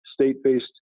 state-based